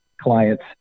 clients